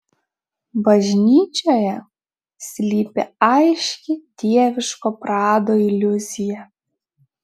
bažnyčioje slypi aiški dieviško prado iliuzija